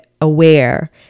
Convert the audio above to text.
aware